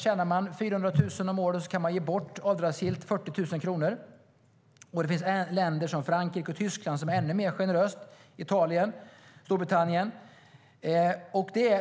Tjänar man 400 000 kronor om året kan man avdragsgillt ge bort 40 000 kronor. Det finns länder som Frankrike och Tyskland där det är ännu mer generöst. Det gäller också Italien och Storbritannien.